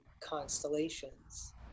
constellations